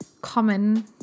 common